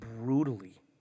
brutally